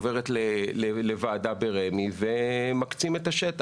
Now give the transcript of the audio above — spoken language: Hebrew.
עוברת לוועדה ברמ"י ומקצים את השטח.